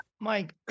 Mike